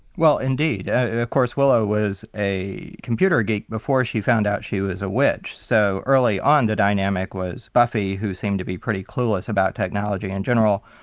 well indeed. and of course willow was a computer geek before she found out she was a witch, so early on the dynamic was buffy, who seemed to be pretty clueless about technology in general,